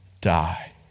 die